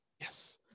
Yes